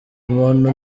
umuntu